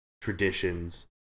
traditions